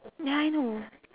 ya I know